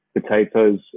potatoes